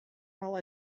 while